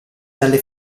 dalle